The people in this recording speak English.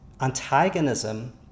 antagonism